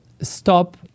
Stop